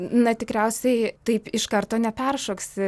na tikriausiai taip iš karto neperšoksi